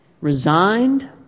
resigned